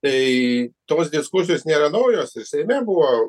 tai tos diskusijos nėra naujos ir seime buvo